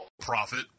Profit